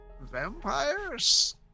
vampires